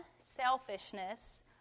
selfishness